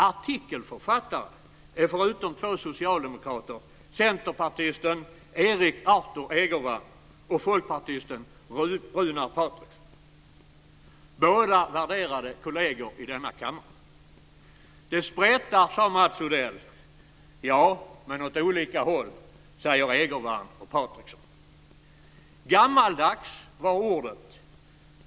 Artikelförfattare är förutom två socialdemokrater centerpartisten Erik Arthur Egervärn och folkpartisten Runar Patriksson - båda värderade kolleger i denna kammare. Det spretar, sade Mats Odell. Ja, men åt olika håll, säger Egervärn och Patriksson. Gammaldags var ordet.